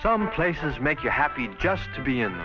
some places make you happy just to be